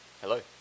Hello